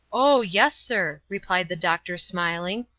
oh, yes, sir, replied the doctor, smiling,